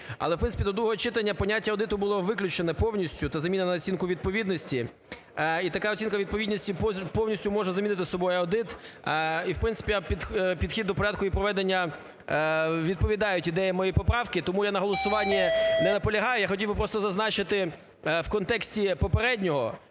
Але в принципі до другого читання поняття аудиту були виключене повністю та замінене на оцінку відповідності і така оцінка відповідності повністю може замінити собою аудит і в принципі підхід до порядку і проведення відповідають ідеям моєї поправки. І тому я на голосуванні не наполягаю, я хотів би просто зазначити в контексті попереднього,